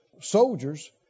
soldiers